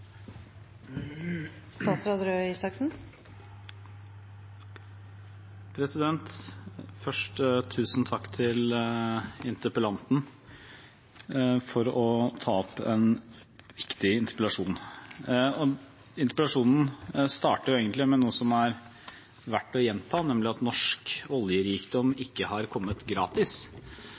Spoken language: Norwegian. til interpellanten for en viktig interpellasjon. Interpellasjonen starter med noe som er verdt å gjenta, nemlig at norsk oljerikdom ikke har kommet gratis.